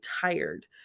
tired